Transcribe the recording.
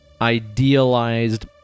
idealized